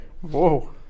Whoa